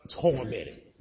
Tormented